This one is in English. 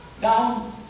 down